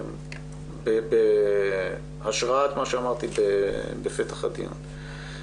בהשראת מה שאמרתי בפתח הדיון.